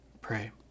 pray